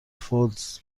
فودز